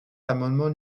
l’amendement